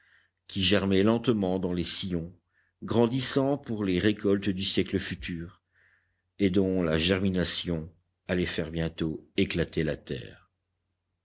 qui germait lentement dans les sillons grandissant pour les récoltes du siècle futur et dont la germination allait faire bientôt éclater la terre